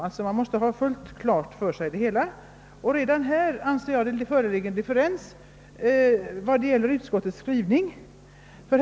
Vederbörande måste alltså ha studiegången fullt klar för sig, och redan där anser jag att det föreligger en differens jämfört med vad som står i statsutskottets utlåtande nr 34.